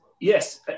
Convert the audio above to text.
yes